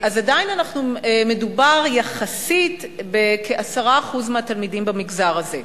מדובר, יחסית, בכ-10% מהתלמידים במגזר הזה,